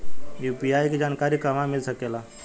UPI के जानकारी कहवा मिल सकेले?